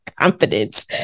confidence